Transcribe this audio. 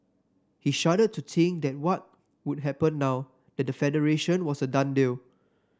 he shuddered to think that what would happen now that the Federation was a done deal